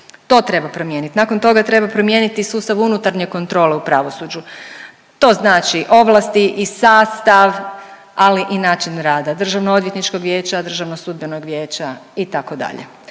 To treba promijeniti. Nakon toga treba promijeniti sustav unutarnje kontrole u pravosuđu. To znači ovlasti i sastav ali i način rada Državno-odvjetničkog vijeća, Državnog sudbenog vijeća itd.